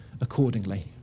accordingly